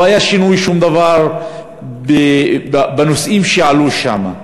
לא היה שום שינוי בנושאים שעלו שם.